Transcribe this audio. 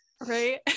Right